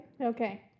Okay